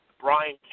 Brian